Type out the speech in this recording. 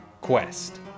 Quest